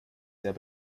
sehr